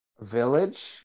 village